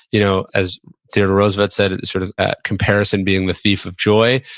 you know as theodore roosevelt said, it's sort of a comparison being the thief of joy.